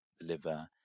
liver